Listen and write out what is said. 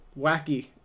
Wacky